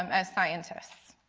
um as scientists.